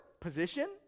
position